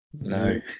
no